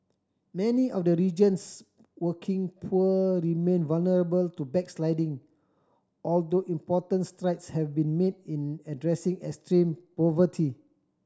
many of the region's working poor remain vulnerable to backsliding although important strides have been made in addressing extreme poverty